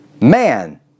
Man